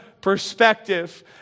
perspective